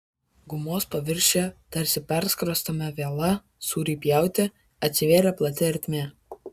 gumos paviršiuje tarsi perskrostame viela sūriui pjauti atsivėrė plati ertmė